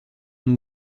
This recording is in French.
dont